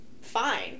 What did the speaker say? fine